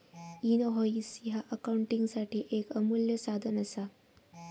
invoice ह्या अकाउंटिंगसाठी येक अमूल्य साधन असा